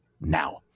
now